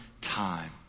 time